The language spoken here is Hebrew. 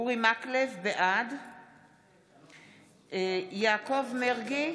מקלב, בעד יעקב מרגי,